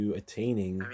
attaining